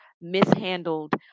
mishandled